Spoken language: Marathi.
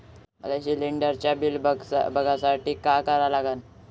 मले शिलिंडरचं बिल बघसाठी का करा लागन?